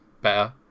better